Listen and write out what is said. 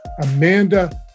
Amanda